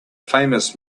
famous